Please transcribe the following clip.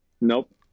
nope